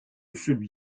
celui